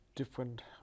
different